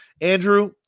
andrew